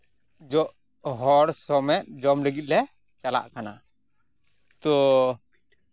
ᱡᱚᱜ ᱦᱚᱲ ᱥᱚᱢᱮᱛ ᱡᱚᱢ ᱞᱟᱹᱜᱤᱫ ᱞᱮ ᱪᱟᱞᱟᱜ ᱠᱟᱱᱟ ᱛᱳ